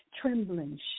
trembling